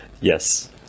yes